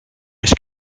eens